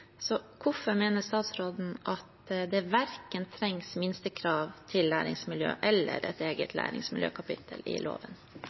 Så hvorfor mener statsråden at det verken trengs minstekrav til læringsmiljø eller et eget læringsmiljøkapittel i loven?